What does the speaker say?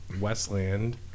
Westland